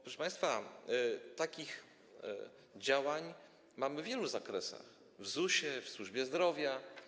Proszę państwa, takie działania mamy w wielu zakresach: w ZUS-ie, w służbie zdrowia.